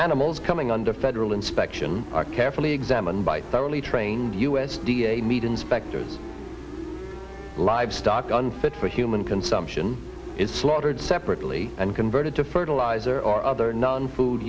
animals coming under federal inspection are carefully examined by thoroughly trained u s d a meat inspectors livestock unfit for human consumption is slaughtered separately and converted to fertilizer or other non food